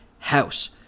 House